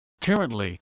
Currently